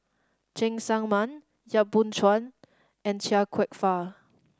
Cheng Tsang Man Yap Boon Chuan and Chia Kwek Fah